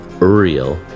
Uriel